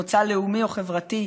מוצא לאומי או חברתי,